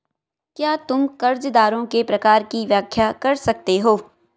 क्या तुम कर्जदारों के प्रकार की व्याख्या कर सकते हो?